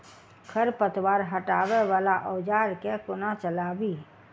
खरपतवार हटावय वला औजार केँ कोना चलाबी?